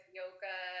yoga